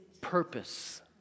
purpose